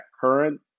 current